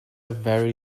very